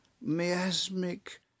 miasmic